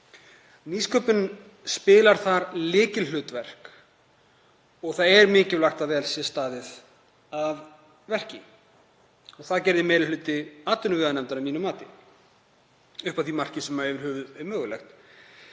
Nýsköpun spilar þar lykilhlutverk og það er mikilvægt að vel sé staðið að verki. Og það gerði meiri hluti atvinnuveganefndar að mínu mati upp að því marki sem það er yfir höfuð mögulegt.